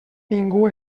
ningú